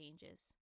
changes